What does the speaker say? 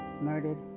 murdered